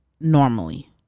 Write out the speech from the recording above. normally